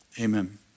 Amen